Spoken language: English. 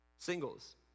Singles